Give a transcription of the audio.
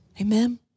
Amen